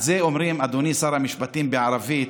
על זה אומרים, אדוני שר המשפטים, בערבית,